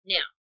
Now